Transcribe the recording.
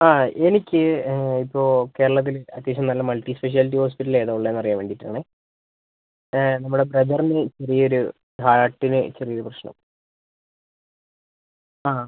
ആ എനിക്ക് ഇപ്പോൾ കേരളത്തിൽ അത്യാവശ്യം നല്ല മൾട്ടി സ്പെഷ്യാലിറ്റി ഹോസ്പിറ്റൽ ഏതാണ് ഉള്ളതെന്ന് അറിയാൻ വേണ്ടിയിട്ടാണേ നമ്മള ബ്രദറിന് ചെറിയൊരു ഹാർട്ടിന് ചെറിയൊരു പ്രശ്നം ആ